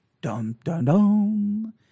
dum-dum-dum